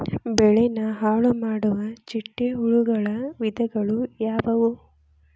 ಬೆಳೆನ ಹಾಳುಮಾಡುವ ಚಿಟ್ಟೆ ಹುಳುಗಳ ವಿಧಗಳು ಯಾವವು?